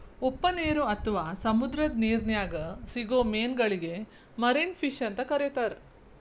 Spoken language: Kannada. ಉಪ್ಪನೇರು ಅತ್ವಾ ಸಮುದ್ರದ ನಿರ್ನ್ಯಾಗ್ ಸಿಗೋ ಮೇನಗಳಿಗೆ ಮರಿನ್ ಫಿಶ್ ಅಂತ ಕರೇತಾರ